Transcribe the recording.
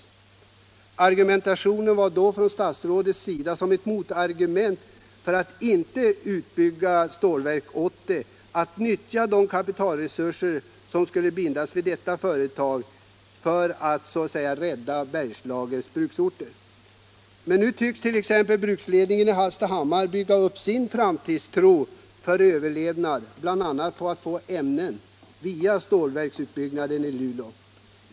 Den argumentation som då anfördes av statsrådet som motargument mot uppbyggnaden av Stålverk 80 var att de kapitalresurser som skulle bindas i detta företag i stället borde nyttjas för att ”rädda Bergslagens bruksorter”. Nu tycks dock t.ex. bruksledningen i Hallstahammar bygga upp sin framtidstro för överlevnad bl.a. på att få ämnen via stålverksutbyggnaden i Luleå.